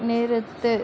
persistent-noise-send